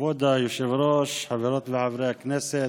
כבוד היושב-ראש, חברות וחברי הכנסת,